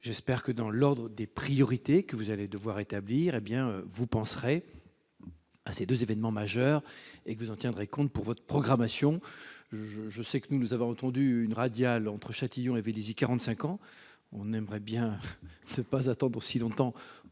J'espère donc que, dans l'ordre des priorités que vous allez devoir établir, vous penserez à ces deux événements majeurs et que vous en tiendrez compte pour votre programmation. Nous avons attendu quarante-cinq ans la radiale entre Châtillon et Vélizy : nous aimerions bien ne pas attendre aussi longtemps